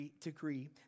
decree